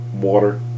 water